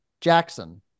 jackson